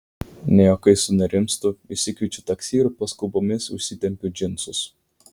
ne juokais sunerimstu išsikviečiu taksi ir paskubomis užsitempiu džinsus